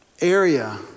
area